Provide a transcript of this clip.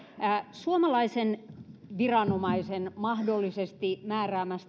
suomalaisen viranomaisen mahdollisesti määräämässä